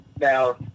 Now